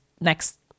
next